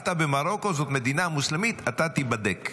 נולדת במרוקו, זאת מדינה מוסלמית, אתה תיבדק.